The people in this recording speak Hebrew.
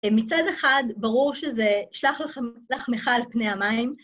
מצד אחד, ברור שזה "שלח לחמיך על פני המים".